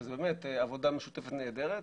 וזו באמת עבודה משותפת נהדרת,